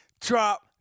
drop